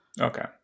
Okay